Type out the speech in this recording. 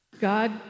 God